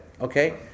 Okay